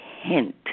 hint